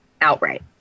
outright